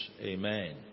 amen